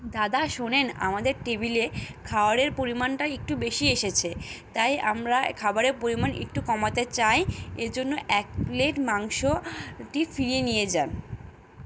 দাদা শোনেন আমাদের টেবিলে খাওয়ারের পরিমাণটা একটু বেশি এসেছে তাই আমরা খাবারের পরিমাণ একটু কমাতে চাই এর জন্য এক প্লেট মাংস টি ফিরিয়ে নিয়ে যান